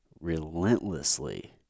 relentlessly